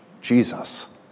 Jesus